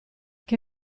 che